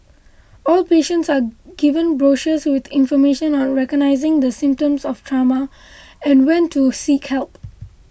all patients are given brochures with information on recognising the symptoms of trauma and when to seek help